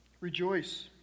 Rejoice